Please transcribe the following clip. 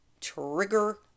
trigger